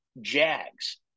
Jags